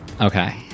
Okay